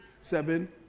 seven